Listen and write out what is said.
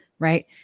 right